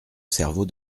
cerveau